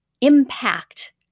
impact